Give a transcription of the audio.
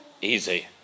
Easy